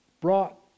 brought